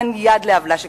תיתן יד לעוולה שכזאת?